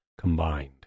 combined